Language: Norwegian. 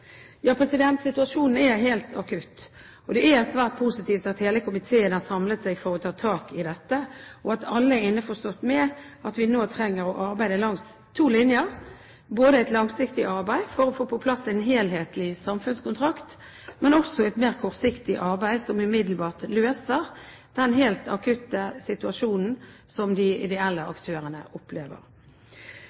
Situasjonen er helt akutt, og det er svært positivt at hele komiteen har samlet seg om å ta tak i dette, og at alle er innforstått med at vi nå trenger å arbeide langs to linjer, både et langsiktig arbeid for å få på plass en helhetlig samfunnskontrakt og et mer kortsiktig arbeid som umiddelbart løser den helt akutte situasjonen som de ideelle aktørene opplever.